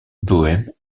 bohème